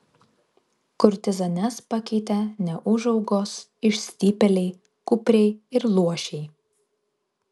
kurtizanes pakeitė neūžaugos išstypėliai kupriai ir luošiai